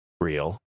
real